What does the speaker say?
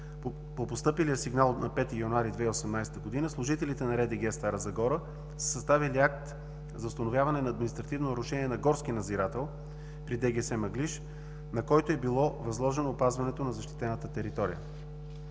по постъпилия сигнал на 5 януари 2018 г., служителите на РДГР – Стара Загора, са съставили акт за установяване на административно нарушение на горски надзирател при ДГС „Мъглиж“, на който е било възложено опазването на защитената територия.